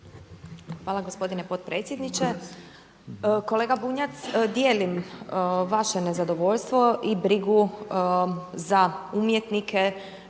Hvala gospodine potpredsjedniče. Kolega Bunjac, dijelim vaše nezadovoljstvo i brigu za umjetnike,